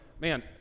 man